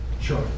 sure